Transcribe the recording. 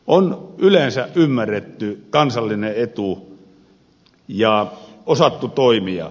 on yleensä ymmärretty kansallinen etu ja osattu toimia